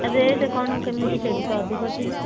ଆଉ ରେଟ୍ କ'ଣ କେମିତି ସେଠି ତ ଅଧିକ ଥିବ